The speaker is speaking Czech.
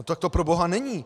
Tak to proboha není!